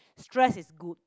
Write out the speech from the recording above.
stress is good